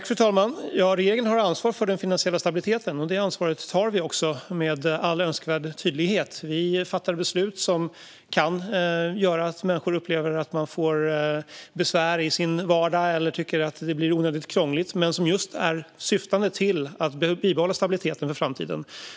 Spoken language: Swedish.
Fru talman! Regeringen har ansvar för den finansiella stabiliteten, och det ansvaret tar vi också med all önskvärd tydlighet. Vi fattar beslut som kan göra att människor upplever att man får besvär i sin vardag eller tycker att det blir onödigt krångligt men som just syftar till att bibehålla stabiliteten för framtiden.